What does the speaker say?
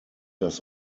das